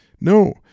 No